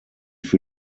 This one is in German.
für